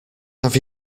have